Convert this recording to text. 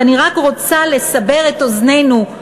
ואני רק רוצה לסבר את אוזנינו,